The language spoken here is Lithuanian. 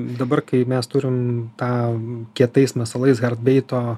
dabar kai mes turim tą kietais masalais hardbeito